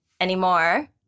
anymore